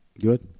Good